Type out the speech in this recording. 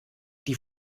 die